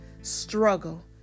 Struggle